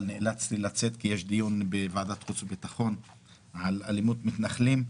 אבל נאלצתי לצאת כי יש דיון בוועדת חוץ וביטחון על אלימות מתנחלים.